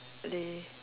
lay